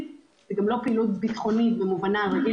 וזו גם לא פעילות ביטחונית במובנה הרגיל,